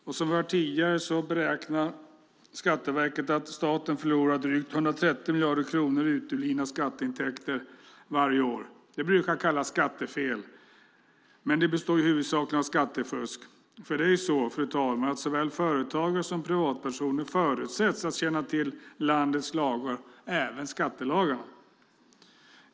Som vi har hört tidigare beräknar Skatteverket att staten förlorar drygt 130 miljarder kronor i uteblivna skatteintäkter varje år. Det brukar kallas skattefel, men det består huvudsakligen av skattefusk. Det är ju så, fru talman, att såväl företagare som privatpersoner förutsätts känna till landets lagar, även skattelagarna.